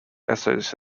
essays